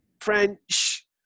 French